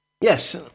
Yes